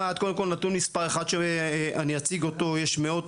קודם כל נתון מספר 1 אחד שאני אציג אותו - יש מאות